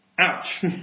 ouch